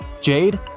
jade